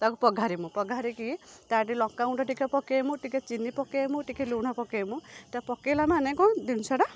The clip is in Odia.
ତାକୁ ପଘାରିବୁ ପଘାରିକି ତା'ଠି ଲଙ୍କାଗୁଣ୍ଡ ଟିକେ ପକାଇବୁ ଟିକେ ଚିନି ପକାଇବୁ ଟିକେ ଲୁଣ ପକାଇବୁ ପକାଇଲା ମାନେ କ'ଣ ଜିନିଷଟା